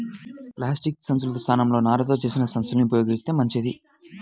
plastic సంచుల స్థానంలో నారతో చేసిన సంచుల్ని ఉపయోగిత్తే మంచిది